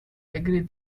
agree